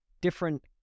different